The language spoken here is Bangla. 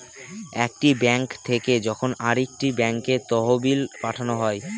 একটি ব্যাঙ্ক থেকে যখন আরেকটি ব্যাঙ্কে তহবিল পাঠানো হয়